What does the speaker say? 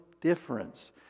difference